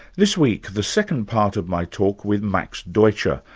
this week, the second part of my talk with max deutscher,